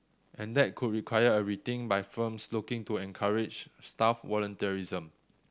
and that could require a rethink by firms looking to encourage staff volunteerism